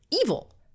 evil